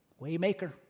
Waymaker